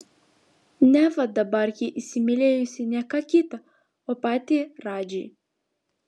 neva dabar ji įsimylėjusi ne ką kitą o patį radžį